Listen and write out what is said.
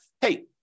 hey